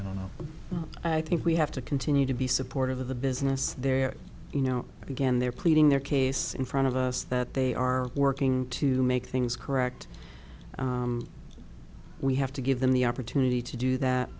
i don't know i think we have to continue to be supportive of the business there you know again they're pleading their case in front of us that they are working to make things correct we have to give them the opportunity to do that